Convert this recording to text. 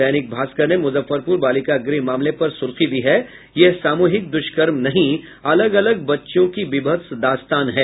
दैनिक भास्कर ने मुजफ्फरपुर बालिका गृह मामले पर सुर्खी दी है यह सामूहिक दुष्कर्म नहीं अलग अलग बच्चियों की विभत्स दास्तान है